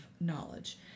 knowledge